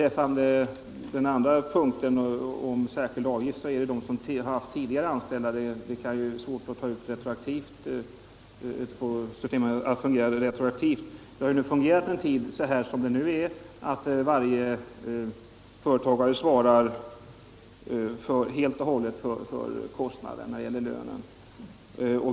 Den andra punkten, om särskilda avgifter, rör dem som tidigare haft invandrare anställda. Det kan vara svårt att få systemet att fungera retroaktivt. "Det har nu fungerat en tid på det. sättet att varje företagare" helt och hållet svarar för kostnaderna via lönen.